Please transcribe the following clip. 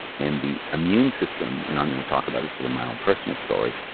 and the immune system, and i'm going to talk about this my own personal story,